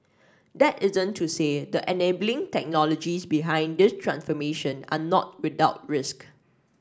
that isn't to say the enabling technologies behind this transformation are not without risk